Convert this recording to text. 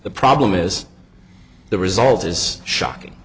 the problem is the result is shocking